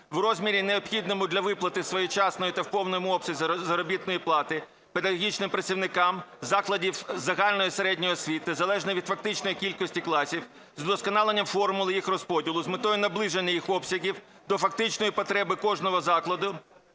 в розмірі, необхідному для виплати своєчасної та в повному обсязі заробітної плати педагогічним працівникам закладів загальної середньої освіти залежно від фактичної кількості класів з удосконаленням формули їх розподілу з метою наближення їх обсягів до фактичної потреби кожного закладу